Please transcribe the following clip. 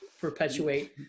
perpetuate